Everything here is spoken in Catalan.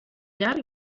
llar